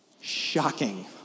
Shocking